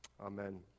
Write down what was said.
Amen